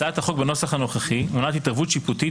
הצעת החוק בנוסח הנוכחי מונעת התערבות שיפוטית